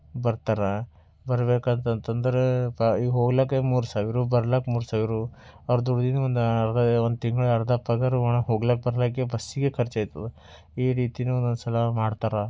ಬರ್ತಾರೆ ಬರ್ಬೇಕು ಅಂತ ಅಂದ್ರೆ ಬ ಈಗ ಹೋಗ್ಲಿಕ್ಕೆ ಮೂರು ಸಾವಿರ ಬರ್ಲಿಕ್ಕೆ ಮೂರು ಸಾವಿರ ಅವ್ರು ದುಡಿದಿದ್ದು ಒಂದು ತಿಂಗ್ಳು ಅರ್ಧ ಪಗಾರ ಹೋಗ್ಲಿಕ್ಕೆ ಬರ್ಲಿಕ್ಕೆ ಬಸ್ಸಿಗೆ ಖರ್ಚು ಆಯ್ತದ ಈ ರೀತಿಯೂ ಒಂದೊಂದು ಸಾಲ ಮಾಡ್ತಾರೆ